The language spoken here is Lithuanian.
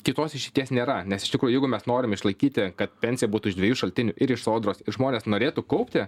kitos išeities nėra nes iš tikrų jeigu mes norim išlaikyti kad pensija būtų iš dviejų šaltinių ir iš sodros žmonės norėtų kaupti